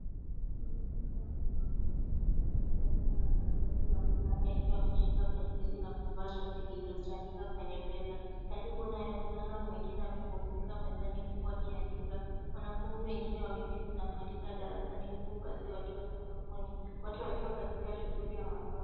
Wavulana wamesimama karibu na dawati wakiwa ameshika penseli na kuvaa shati lililofika kwenye bega. Karibu naye mvulana mwingine amepumzika mezani huku akiandika. Wanafunzi wengine wameketi na kuandika darasani huku baadhi wakiwa sakafuni, wote wakiwa katika shughuli ya masomo.